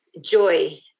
joy